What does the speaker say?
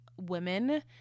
women